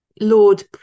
Lord